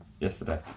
yesterday